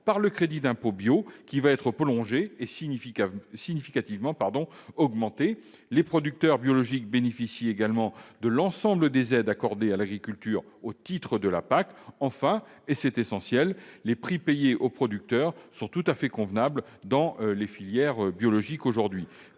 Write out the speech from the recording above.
de l'agriculture biologique, qui sera prolongé et significativement augmenté. Les producteurs biologiques bénéficient également de l'ensemble des aides accordées à l'agriculture au titre de la PAC. Enfin, et c'est essentiel, les prix payés aux producteurs sont tout à fait convenables dans les filières biologiques. Prix